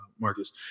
Marcus